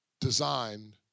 designed